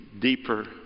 deeper